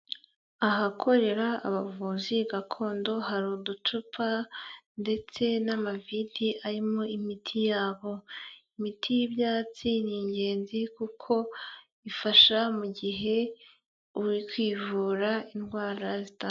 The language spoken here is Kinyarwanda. Ahakorera abavuzi gakondo, hari uducupa ndetse n'amavide arimo imiti yabo, imiti y'ibyatsi ni ingenzi kuko ifasha mu gihe uri kwivura indwara zitandukanye.